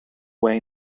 way